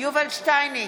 יובל שטייניץ,